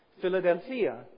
Philadelphia